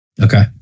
Okay